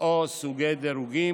או סוגי דירוגים,